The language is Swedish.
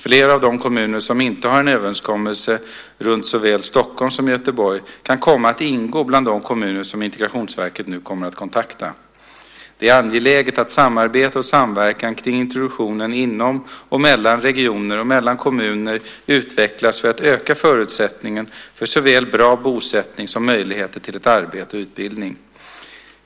Flera av de kommuner som inte har en överenskommelse runt såväl Stockholm som Göteborg kan komma att ingå bland de kommuner som Integrationsverket nu kommer att kontakta. Det är angeläget att samarbete och samverkan kring introduktionen inom och mellan regioner och mellan kommuner utvecklas för att öka förutsättningarna för såväl bra bosättning som möjligheter till arbete och utbildning.